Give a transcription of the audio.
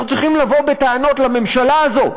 אנחנו צריכים לבוא בטענות לממשלה הזאת,